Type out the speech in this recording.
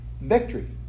Victory